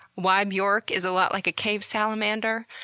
why bjork is a lot like a cave salamander,